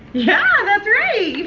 yeah, that's right.